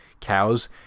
Cows